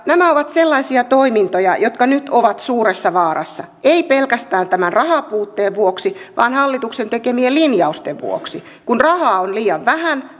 nämä ovat sellaisia toimintoja jotka nyt ovat suuressa vaarassa ei pelkästään tämän rahan puutteen vuoksi vaan hallituksen tekemien linjausten vuoksi kun rahaa on liian vähän